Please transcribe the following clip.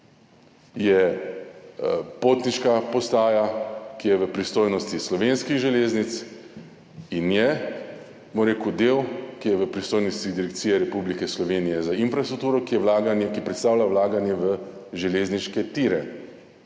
potniške postaje, ki je v pristojnosti Slovenskih železnic, in dela, ki je v pristojnosti Direkcije Republike Slovenije za infrastrukturo, ki predstavlja vlaganje v železniške tire